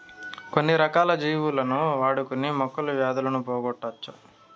కొన్ని రకాల జీవులను వాడుకొని మొక్కలు వ్యాధులను పోగొట్టవచ్చు